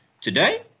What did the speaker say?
today